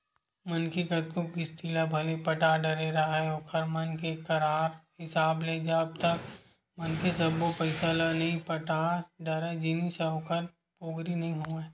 मनखे कतको किस्ती ल भले पटा डरे राहय ओखर मन के करार हिसाब ले जब तक मनखे सब्बो पइसा ल नइ पटा डरय जिनिस ह ओखर पोगरी नइ होवय